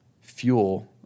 fuel